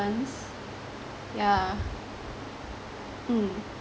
yeah mm